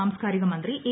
സാംസ്കാരിക മന്ത്രി എ